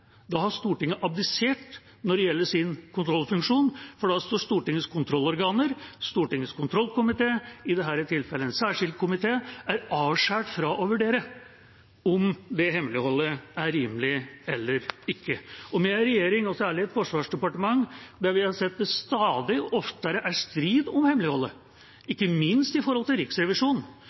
da har Stortinget abdisert når det gjelder sin kontrollfunksjon, for da står Stortingets kontrollorganer, Stortingets kontrollkomité – i dette tilfellet en særskilt komité – avskåret fra å vurdere om det hemmeligholdet er rimelig eller ikke. Og med en regjering, og særlig et forsvarsdepartement, der vi har sett at det stadig oftere er strid om hemmeligholdet, ikke minst når det gjelder forholdet til Riksrevisjonen,